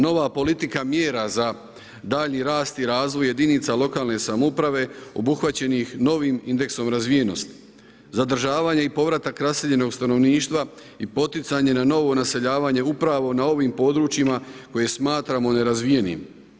Nova politika mjera za daljnji rast i razvoj jedinica lokalne samouprave obuhvaćenih novim indeksom razvijenosti, zadržavanje i povratak raseljenog stanovništva i poticanje na novo naseljavanje upravo na ovim područjima koje smatramo nerazvijenim.